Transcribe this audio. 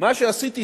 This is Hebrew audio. מה שעשיתי,